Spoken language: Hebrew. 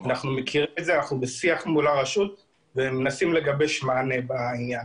אנחנו מכירים את זה ואנחנו בשיח מול הרשות ומנסים לגבש מענה בעניין.